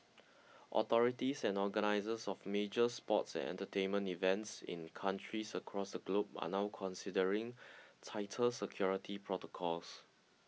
authorities and organisers of major sports and entertainment events in countries across the globe are now considering tighter security protocols